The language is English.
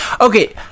okay